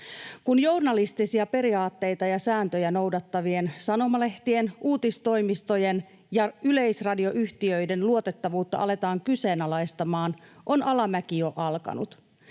Kun journalistisia periaatteita ja sääntöjä noudattavien sanomalehtien, uutistoimistojen ja yleisradioyhtiöiden luotettavuutta aletaan kyseenalaistamaan, on alamäki jo alkanut.